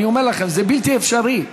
אני אומר לכם, זה בלתי אפשרי.